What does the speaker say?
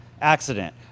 accident